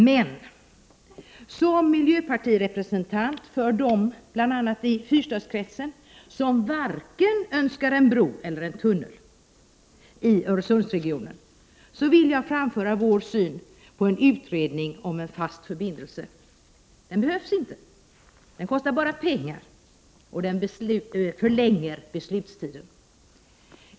Men som miljöpartirepresentant för dem, bl.a. i fyrstadskretsen, som varken önskar en bro eller en tunnel i Öresundsregionen, vill jag framföra följande synpunkter på en utredning om en fast förbindelse: den behövs inte, den kostar bara pengar och den förlänger beslutstiden.